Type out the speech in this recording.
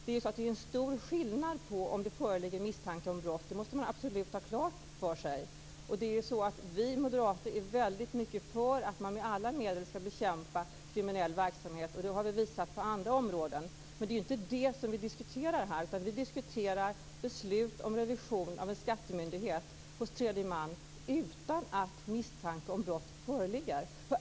Det är en stor skillnad om det föreligger misstanke om brott - det måste man absolut ha klart för sig. Vi moderater är väldigt mycket för att man med alla medel skall bekämpa kriminell verksamhet. Det har vi visat på andra områden. Det är inte det som vi diskuterar här, utan vi diskuterar beslut om revision av en skattemyndighet hos tredje man utan att misstanke om brott föreligger.